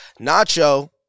Nacho